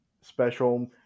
special